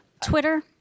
Twitter